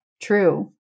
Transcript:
true